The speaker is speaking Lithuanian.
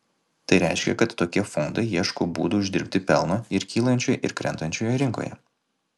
tai reiškia kad tokie fondai ieško būdų uždirbti pelno ir kylančioje ir krentančioje rinkoje